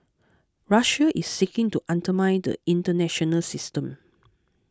Russia is seeking to undermine the international system